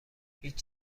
هیچ